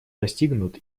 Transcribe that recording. достигнут